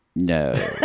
No